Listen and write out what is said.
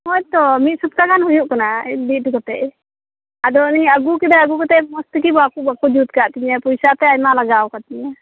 ᱱᱚᱜᱚᱭ ᱛᱚ ᱢᱤᱫ ᱥᱚᱯᱛᱟᱦᱚ ᱜᱟᱱ ᱦᱩᱭᱩᱜ ᱠᱟᱱᱟ ᱤᱫᱤ ᱚᱴᱚ ᱠᱟᱛᱮ ᱟᱫᱚ ᱚᱱᱮᱤᱧ ᱟᱹᱜᱩ ᱠᱮᱫᱟ ᱢᱚᱸᱡᱽ ᱛᱮᱜᱮ ᱵᱟᱠᱚ ᱡᱩᱛ ᱠᱟᱫᱤᱧᱟ ᱯᱚᱭᱥᱟ ᱛᱮᱫ ᱟᱭᱢᱟ ᱞᱟᱜᱟᱣ ᱟᱠᱟᱫᱤᱧᱟ